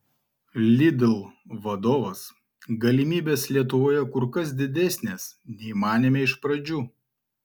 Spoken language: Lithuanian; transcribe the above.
lidl vadovas galimybės lietuvoje kur kas didesnės nei manėme iš pradžių